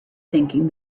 thinking